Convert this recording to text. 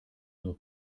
nur